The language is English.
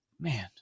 man